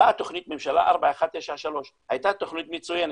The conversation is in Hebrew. באה תוכנית ממשלה 4193. הייתה תוכנית מצוינת,